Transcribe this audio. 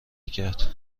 کرد